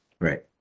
Right